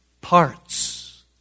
parts